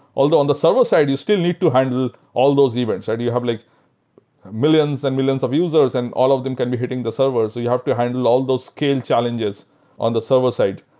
although on the server side, you still need to handle all those events. you have like millions and millions of users and all of them can be hitting the servers. you have to handle all those scale challenges on the server side.